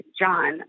John